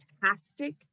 fantastic